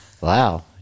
Wow